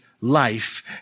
life